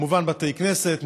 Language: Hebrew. כמובן בתי כנסת,